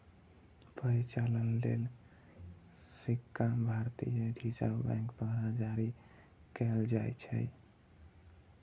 परिचालन लेल सिक्का भारतीय रिजर्व बैंक द्वारा जारी कैल जाइ छै